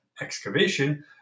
excavation